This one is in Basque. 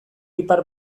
ipar